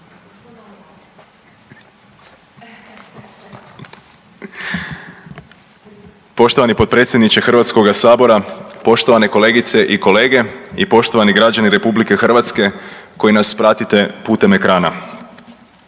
Poštovani potpredsjedniče HS, poštovane kolegice i kolege i poštovani građani RH koji nas pratite putem ekrana.